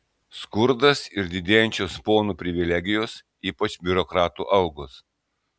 skurdas ir didėjančios ponų privilegijos ypač biurokratų algos